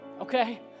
okay